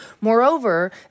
Moreover